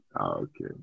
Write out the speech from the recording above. Okay